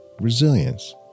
resilience